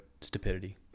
stupidity